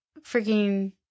freaking